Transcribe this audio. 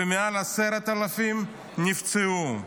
ומעל ל-10,000 אלפים נפצעו.